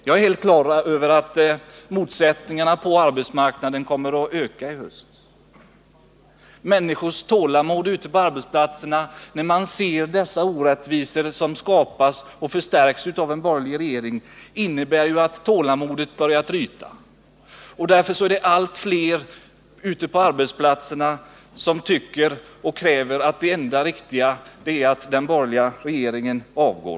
Jag är helt klar över att motsättningarna på arbetsmarknaden kommer att öka i höst. När människorna ser de orättvisor som skapas och förstärks av en borgerlig regering tryter deras tålamod. Därför är det allt fler ute på arbetsplatserna som anser att det enda riktiga är — och de kräver detta — att den borgerliga regeringen avgår.